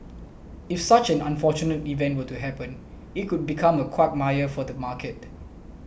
if such an unfortunate event were to happen it could become a quagmire for the market